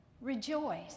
Rejoice